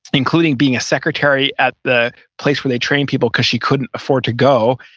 including being a secretary at the place where they train people because she couldn't afford to go,